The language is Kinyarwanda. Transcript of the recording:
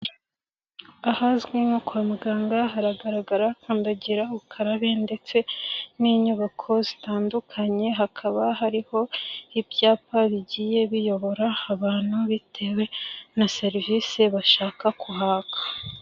Ahazwi nko kwa muganga haragaragara ha kandagira ukarabe ndetse n'inyubako zitandukanye hakaba hariho ibyapa bigiye biyobora abantu bitewe na serivisi bashaka kuhaka.